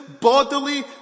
bodily